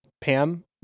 Pam